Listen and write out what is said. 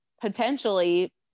potentially